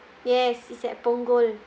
yes it's at punggol